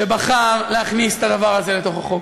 שבחר להכניס את הדבר הזה לתוך החוק.